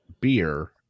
beer